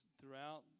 throughout